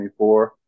24